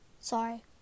sorry